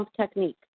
technique